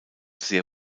sehr